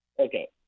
Okay